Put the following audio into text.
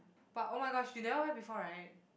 but oh-my-gosh you never wear before right